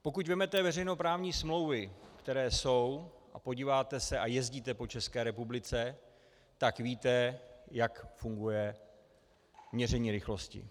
Pokud vezmete veřejnoprávní smlouvy, které jsou, a podíváte se a jezdíte po České republice, tak víte, jak funguje měření rychlosti.